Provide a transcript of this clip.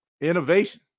innovation